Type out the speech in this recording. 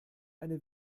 eine